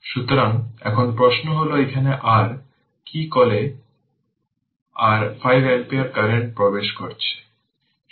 সুতরাং এখন প্রশ্ন হল এখানে r কি কলে 5 অ্যাম্পিয়ার কারেন্ট প্রবেশ করছে